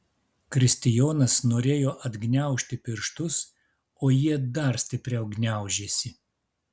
kristijonas norėjo atgniaužti pirštus o jie dar stipriau gniaužėsi